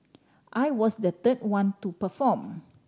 I was the third one to perform